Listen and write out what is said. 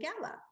Gala